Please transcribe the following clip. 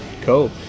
Cool